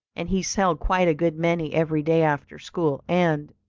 and he sell quite a good many every day after school and,